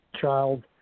child